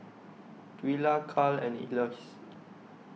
Twila Karl and Elois